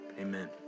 Amen